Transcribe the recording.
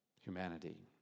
humanity